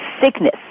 sickness